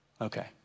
Okay